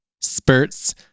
spurts